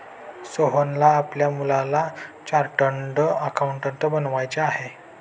सोहनला आपल्या मुलाला चार्टर्ड अकाउंटंट बनवायचे आहे